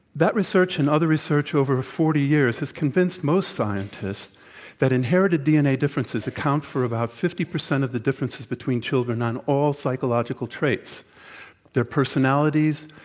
that research and other research over forty years has convinced most scientists that inherited dna differences account for about fifty percent of the differences between children on all psychological traits their personalities,